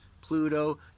Pluto